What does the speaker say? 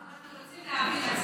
רוצים להעביר לכספים.